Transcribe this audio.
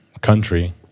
country